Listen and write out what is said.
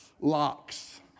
locks